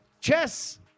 chess